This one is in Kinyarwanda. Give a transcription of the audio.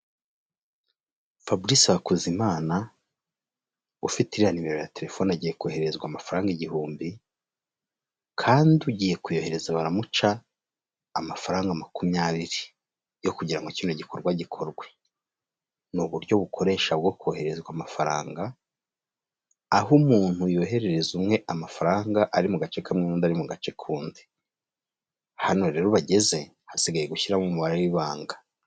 Faburise Hakuzimana ufite iriya nimero ya telefoni agiye kohererezwa amafaranga igihumbi, kandi ugiye kuyohereza baramuca amafaranga makumyabiri, yo kugira ngo kino gikorwa gikorwe, ni uburyo bukoresha bwo kohezwa amafaranga, aho umuntu yoherereza umwe amafaranga ari mu gace kamwe ,undi ari mu gace kandi, hano rero bageze hasigaye gushyiramo umubare w'ibanga.